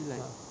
!huh!